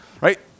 right